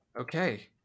Okay